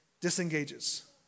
disengages